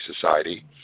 society